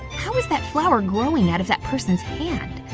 how is that flower growing out of that person's hand,